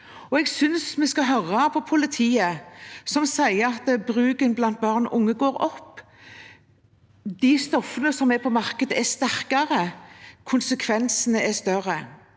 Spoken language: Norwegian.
Jeg synes vi skal høre på politiet, som sier at bruken blant barn og unge går opp. De stoffene som er på markedet, er sterkere, og konsekvensene er større.